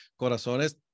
corazones